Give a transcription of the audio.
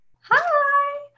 Hi